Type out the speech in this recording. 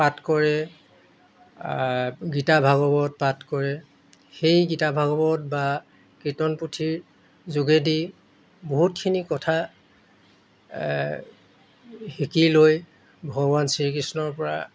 পাঠ কৰে গীতা ভাগৱত পাঠ কৰে সেই গীতা ভাগৱত বা কীৰ্তন পুথিৰ যোগেদি বহুতখিনি কথা শিকি লৈ ভগৱান শ্ৰীকৃষ্ণৰপৰা